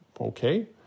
okay